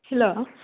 hello